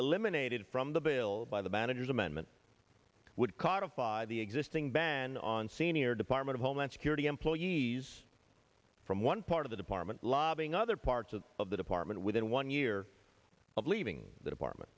eliminated from the bill by the manager's amendment would cause a fire the existing ban on senior department of homeland thirty employees from one part of the department lobbying other parts of the department within one year of leaving the department